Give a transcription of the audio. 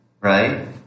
right